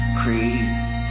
crease